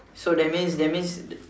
so that means that means the